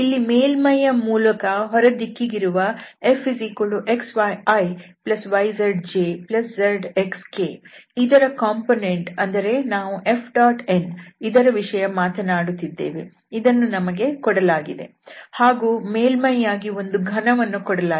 ಇಲ್ಲಿ ಮೇಲ್ಮೈಯ ಮೂಲಕ ಹೊರ ದಿಕ್ಕಿಗಿರುವ Fxyiyzjxzk ಇದರ ಕಂಪೋನೆಂಟ್ ಅಂದರೆ ನಾವು Fn ಇದರ ವಿಷಯ ಮಾತನಾಡುತ್ತಿದ್ದೇವೆ ಇದನ್ನು ನಮಗೆ ಕೊಡಲಾಗಿದೆ ಹಾಗೂ ಮೇಲ್ಮೈಯಾಗಿ ಒಂದು ಘನವನ್ನು ಕೊಡಲಾಗಿದೆ